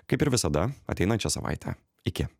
kaip ir visada ateinančią savaitę iki